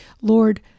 Lord